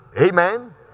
Amen